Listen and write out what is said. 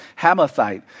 Hamathite